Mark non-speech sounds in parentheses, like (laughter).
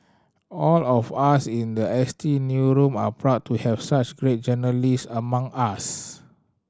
all of us in the S T (unintelligible) are proud to have such great journalist among us